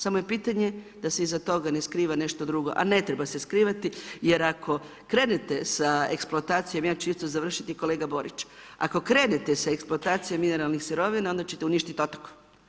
Samo je pitanje da se iza toga ne skriva nešto drugo, a ne treba se skrivati jer ako krenete sa eksploatacijom, ja ću isto završiti kolega Borić, ako krenete sa eksploatacijom mineralnih sirovina onda ćete uništit otok.